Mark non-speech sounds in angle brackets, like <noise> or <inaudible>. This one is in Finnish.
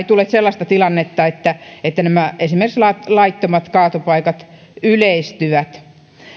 <unintelligible> tule sellaista tilannetta että että esimerkiksi laittomat kaatopaikat yleistyvät